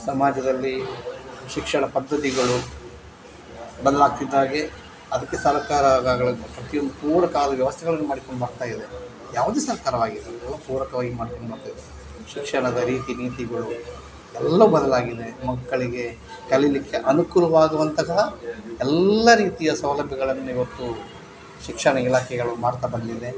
ಸಮಾಜದಲ್ಲಿ ಶಿಕ್ಷಣ ಪದ್ಧತಿಗಳು ಬದಲಾಗ್ತಿದ್ದಾಗೆ ಅದಕ್ಕೆ ಸರ್ಕಾರಗಳು ಪೂರಕ ವ್ಯವಸ್ಥೆಗಳನ್ನು ಮಾಡಿಕೊಂಡು ಬರ್ತಾಯಿದೆ ಯಾವ್ದೇ ಸರ್ಕಾರವಾಗಿರ್ಬೋದು ಪೂರಕವಾಗಿ ಮಾಡ್ಕೊಬರ್ತಿದೆ ಶಿಕ್ಷಣದ ರೀತಿ ನೀತಿಗಳು ಎಲ್ಲ ಬದಲಾಗಿದೆ ಮಕ್ಕಳಿಗೆ ಕಲಿಯಲಿಕ್ಕೆ ಅನುಕೂಲವಾಗುವಂತಹ ಎಲ್ಲ ರೀತಿಯ ಸೌಲಭ್ಯಗಳನ್ನು ಇವತ್ತು ಶಿಕ್ಷಣ ಇಲಾಖೆಗಳು ಮಾಡ್ತಾ ಬಂದಿದೆ